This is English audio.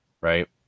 right